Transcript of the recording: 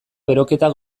beroketa